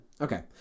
okay